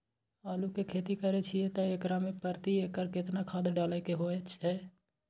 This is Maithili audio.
आलू के खेती करे छिये त एकरा मे प्रति एकर केतना खाद डालय के होय हय?